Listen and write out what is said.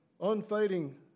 unfading